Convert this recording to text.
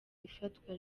ifatwa